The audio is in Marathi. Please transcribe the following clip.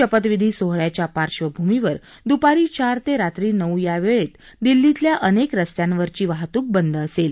शपथविधी सोहळ्याच्या पार्श्वभूमीवर दुपारी चार ते रात्री नऊ या वेळात दिल्लीतल्या अनेक रस्त्यांवरची वाहतूक बंद असेल